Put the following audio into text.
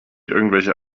irgendwelche